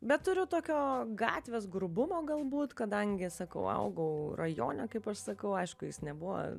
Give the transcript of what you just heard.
bet turiu tokio gatvės grubumo galbūt kadangi sakau augau rajone kaip aš sakau aišku jis nebuvo